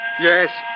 Yes